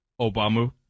Obama